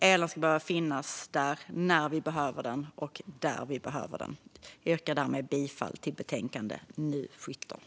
Elen behöver finnas när vi behöver den och där vi behöver den. Jag yrkar därmed bifall till förslaget i betänkandet.